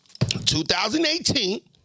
2018